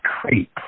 creep